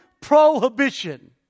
prohibition